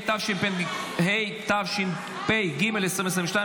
התשפ"ג 2022,